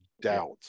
doubt